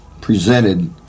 presented